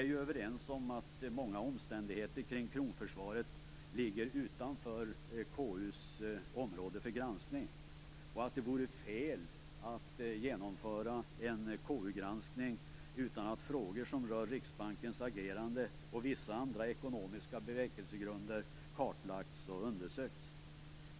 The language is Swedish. Vi är överens om att många omständigheter kring kronförsvaret ligger utanför KU:s område för granskning och att det vore fel att genomföra en KU granskning utan att frågor som rör Riksbankens agerande och vissa andra ekonomiska bevekelsegrunder kartlagts och undersökts.